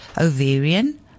ovarian